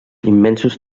immensos